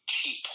cheap